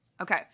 Okay